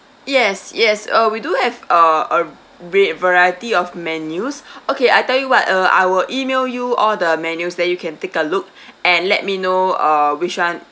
yes yes uh we do have uh a great variety of menus okay I tell you what uh I will E-mail you all the menu then you can take a look and let me know uh which [one]